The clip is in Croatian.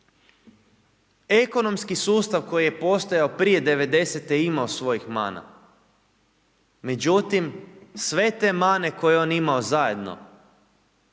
Ekonomski sustav koji je postojao prije '90.-te je imao svojih mana, međutim sve te mane koje je on imao zajedno